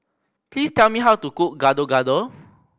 please tell me how to cook Gado Gado